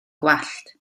gwallt